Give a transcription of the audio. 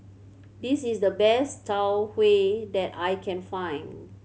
this is the best Tau Huay that I can find